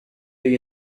you